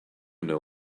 know